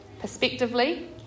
perspectively